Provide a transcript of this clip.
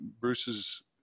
Bruce's